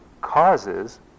causes